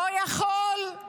לא יכולים